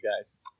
guys